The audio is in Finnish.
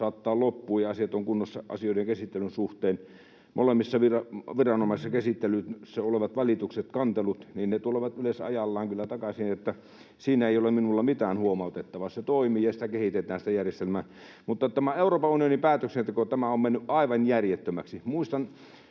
saattaa loppuun, jotta asiat ovat kunnossa asioiden käsittelyn suhteen. Molemmissa viranomaiskäsittelyissä olevat valitukset, kantelut, tulevat yleensä ajallaan kyllä takaisin, siinä ei ole minulla mitään huomautettavaa — se toimii, ja sitä järjestelmää kehitetään. Mutta tämä Euroopan unionin päätöksenteko on mennyt aivan järjettömäksi.